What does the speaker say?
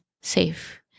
safe